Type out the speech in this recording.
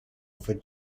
for